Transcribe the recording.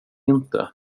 inte